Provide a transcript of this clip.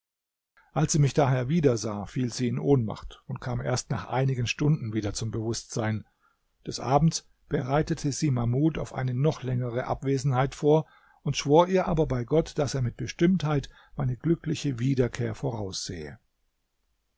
als sie mich daher wiedersah fiel sie in ohnmacht und kam erst nach einigen stunden wieder zum bewußtsein des abends bereitete sie mahmud auf eine noch längere abwesenheit vor schwor ihr aber bei gott daß er mit bestimmtheit meine glückliche wiederkehr voraussehe